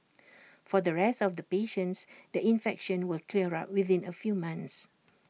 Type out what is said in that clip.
for the rest of the patients the infection will clear up within A few months